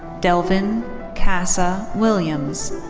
delvin kasza williams.